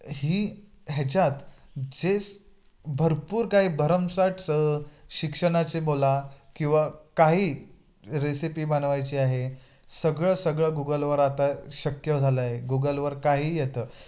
ही ह्याच्यात जे स भरपूर काही भरमसाट शिक्षणाची बोला किंवा काही रेसिपी बनवायची आहे सगळं सगळं गुगलवर आता शक्य झालंय गुगलवरकाहीही येतं